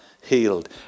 healed